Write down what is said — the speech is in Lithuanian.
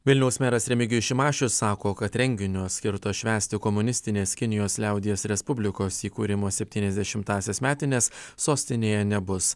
vilniaus meras remigijus šimašius sako kad renginio skirto švęsti komunistinės kinijos liaudies respublikos įkūrimo septyniasdešimtąsias metines sostinėje nebus